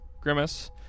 grimace